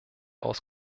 aus